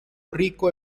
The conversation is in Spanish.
rico